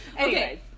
Okay